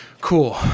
cool